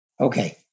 Okay